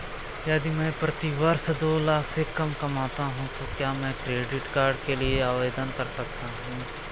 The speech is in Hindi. यदि मैं प्रति वर्ष दो लाख से कम कमाता हूँ तो क्या मैं क्रेडिट कार्ड के लिए आवेदन कर सकता हूँ?